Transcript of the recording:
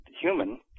human